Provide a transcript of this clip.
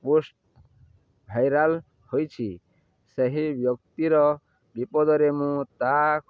post viral ହୋଇଛି ସେହି ବ୍ୟକ୍ତିର ବିପଦରେ ମୁଁ ତା'